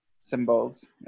symbols